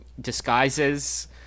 disguises